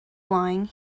flying